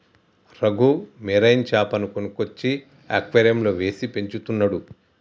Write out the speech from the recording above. Raghu marine చాపను కొనుక్కొచ్చి అక్వేరియంలో వేసి పెంచుతున్నాడు